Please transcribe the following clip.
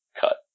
cut